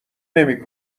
نمی